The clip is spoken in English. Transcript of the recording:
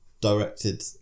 directed